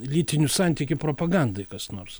lytinių santykių propagandai kas nors